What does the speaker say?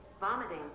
vomiting